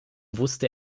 wusste